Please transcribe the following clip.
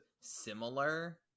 similar